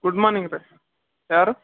good morning ರೀ ಯಾರು